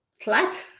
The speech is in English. flat